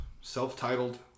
self-titled